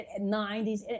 90s